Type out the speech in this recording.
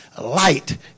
light